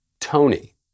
Tony